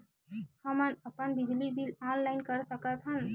हमन अपन बिजली बिल ऑनलाइन कर सकत हन?